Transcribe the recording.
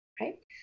right